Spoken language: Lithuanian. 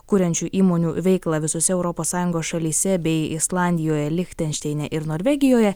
kuriančių įmonių veiklą visose europos sąjungos šalyse bei islandijoje lichtenšteine ir norvegijoje